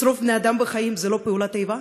לשרוף בני אדם חיים זו לא פעולת איבה?